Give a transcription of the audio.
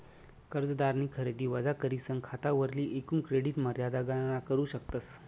कर्जदारनी खरेदी वजा करीसन खातावरली एकूण क्रेडिट मर्यादा गणना करू शकतस